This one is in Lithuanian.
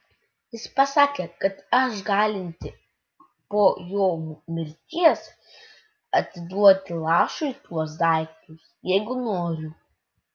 jis pasakė kad aš galinti po jo mirties atiduoti lašui tuos daiktus jeigu noriu